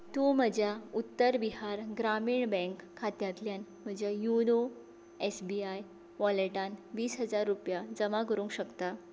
तूं म्हज्या उत्तर बिहार ग्रामीण बँक खात्यांतल्यान म्हज्या युनो एस बी आय वॉलेटान वीस हजार रुपया जमा करूंक शकता